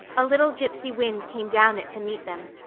a little gypsy wind came down it to meet them,